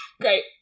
Great